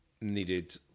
needed